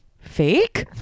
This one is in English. fake